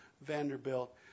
Vanderbilt